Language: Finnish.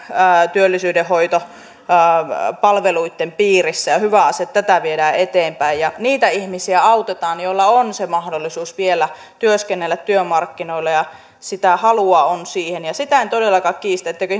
työllisyydenhoitopalveluitten piirissä ja on hyvä asia että tätä viedään eteenpäin ja niitä ihmisiä autetaan joilla on se mahdollisuus vielä työskennellä työmarkkinoilla ja sitä halua on siihen sitä en todellakaan kiistä etteikö